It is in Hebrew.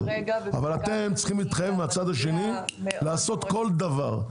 אבל אתם צריכים להתחייב מהצד השני לעשות כל דבר,